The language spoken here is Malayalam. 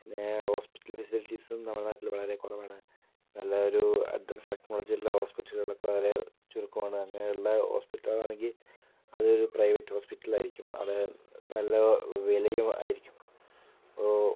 പിന്നെ ഹോസ്പിറ്റൽ ഫെസിലിറ്റീസും നമ്മുടെ നാട്ടിൽ വളരെ കുറവാണ് നല്ല ഒരു അഡ്വാൻസ് ടെക്ക്നോളജിയുള്ള ഹോസ്പിറ്റലുകളൊക്കെ വളരെ ചുരുക്കമാണ് അങ്ങനെയുള്ള ഹോസ്പിറ്റലുകളാണെങ്കിൽ അതൊരു പ്രൈവറ്റ് ഹോസ്പിറ്റലായിരിക്കും അത് നല്ല വിലയും ആയിരിക്കും അപ്പോൾ